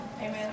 Amen